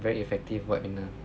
very effective what you learn